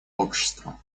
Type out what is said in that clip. общества